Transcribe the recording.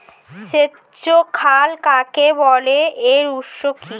সেচ খাল কাকে বলে এর উৎস কি?